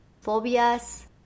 phobias